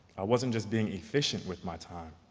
wasn't just being efficient with my time.